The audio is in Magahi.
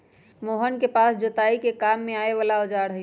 मोहन के पास जोताई के काम में आवे वाला औजार हई